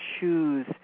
choose